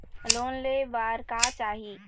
Loan ले बार का चाही?